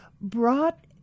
brought